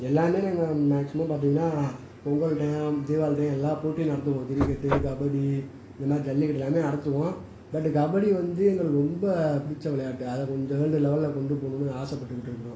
எல்லாமே நாங்கள் மேக்ஸிமம் பார்த்திங்கன்னா பொங்கல் டையம் தீபாவளி டையம் எல்லா போட்டி நடத்துவோம் கிரிக்கெட்டு கபடி இந்த மாதிரி ஜல்லிக்கட்டு எல்லாமே நடத்துவோம் பட்டு கபடி வந்து எங்களுக்கு ரொம்ப பிடிச்ச விளையாட்டு அதை கொஞ்சம் வேல்டு லெவெலில் கொண்டு போகணுன்னு ஆசைப்பட்டுக்கிட்டு இருக்கிறோம்